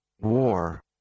war